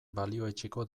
balioetsiko